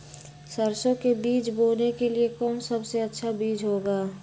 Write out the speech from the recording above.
सरसो के बीज बोने के लिए कौन सबसे अच्छा बीज होगा?